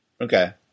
Okay